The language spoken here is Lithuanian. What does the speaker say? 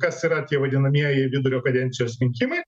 kas yra tie vadinamieji vidurio kadencijos rinkimai